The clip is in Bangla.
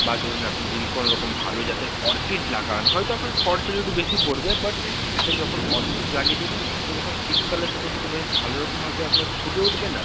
বা ধরুন আপনি যদি কোনো রকম ভালো জাতের অর্কিড লাগান হয়তো আপনার খরচা যেটা একটু বেশি পড়বে বাট একটা যখন অর্কিড লাগিয়ে দেখবেন না সেটা যখন শীতকালে সেটা একটু বেশ ভালো রকমভাবে আপনার ফুটে উঠবে না